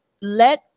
let